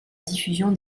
diffusion